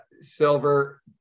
silver